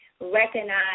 recognize